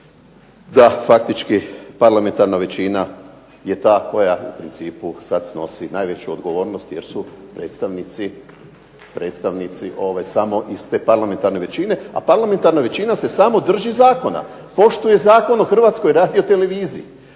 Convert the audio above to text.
da faktički parlamentarna većina je ta koja u principu sad snosi najveću odgovornost jer su predstavnici samo iz te parlamentarne većina. A parlamentarna većina se samo drži zakona. Poštuje Zakon o Hrvatskoj radioteleviziji.